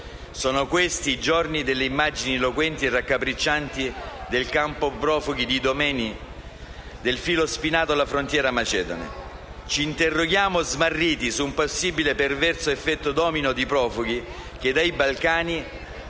Sono questi i giorni delle immagini eloquenti e raccapriccianti del campo profughi di Idomeni, del filo spinato alla frontiera macedone. Ci interroghiamo smarriti sul possibile perverso effetto domino di profughi che, dai Balcani,